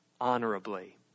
honorably